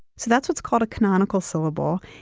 so that's what's called a canonical syllable.